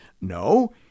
No